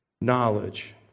knowledge